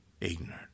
Ignorant